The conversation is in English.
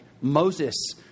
Moses